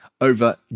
over